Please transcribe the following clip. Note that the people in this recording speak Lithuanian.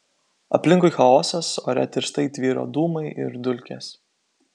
aplinkui chaosas ore tirštai tvyro dūmai ir dulkės